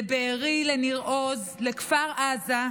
לבארי, לניר עוז, לכפר עזה,